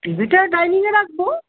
টিভিটা এই ডাইনিংয়ে রাখব